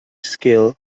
skill